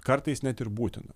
kartais net ir būtina